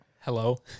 Hello